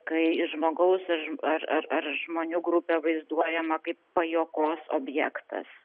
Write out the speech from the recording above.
kai iš žmogaus ar ar ar žmonių grupė vaizduojama kaip pajuokos objektas